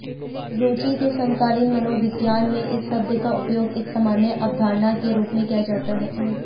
रूचि के समकालीन मनोविज्ञान में इस शब्द का उपयोग एक सामान्य अवधारणा के रूप में किया जाता है